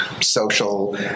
social